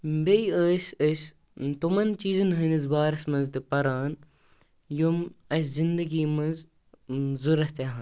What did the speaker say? بیٚیہِ ٲسۍ أسۍ تِمَن چیٖزَن ہٕنٛدِس بارَس منٛز تہِ پَران یِم اَسہِ زِنٛدگی منٛز ضروٗرت یِیٖہَن